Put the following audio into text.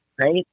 right